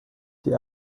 die